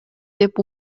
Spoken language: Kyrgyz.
деп